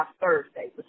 Thursday